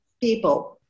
people